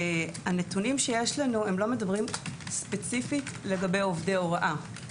הנתונים שיש לנו לא מדברים ספציפית על עובדי הוראה.